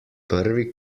prvi